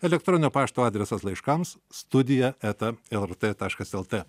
elektroninio pašto adresas laiškams studija eta lrt taškas lt